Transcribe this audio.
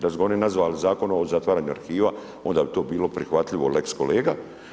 Da su ga oni nazvali zakon o zatvaranju arhiva onda bi to bilo prihvatljivo lex kolega.